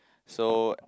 so